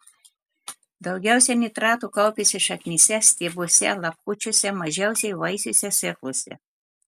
daugiausiai nitratų kaupiasi šaknyse stiebuose lapkočiuose mažiausiai vaisiuose sėklose